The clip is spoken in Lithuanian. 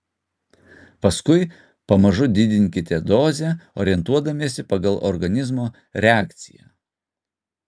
paskui pamažu didinkite dozę orientuodamiesi pagal organizmo reakciją